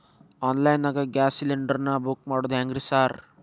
Online ನಾಗ gas cylinder ನಾ book ಮಾಡೋದ್ ಹೆಂಗ್ರಿ ಸಾರ್?